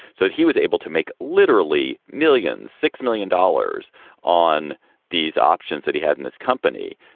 so he was able to make literally millions, six million dollars on these options that he had in this company.